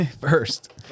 first